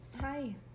hi